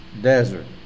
desert